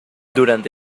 durante